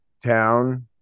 town